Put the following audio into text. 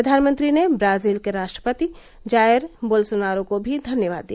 प्रधानमंत्री ने ब्राजील के राष्ट्रपति जायर बोल्सोनारो को भी धन्यवाद दिया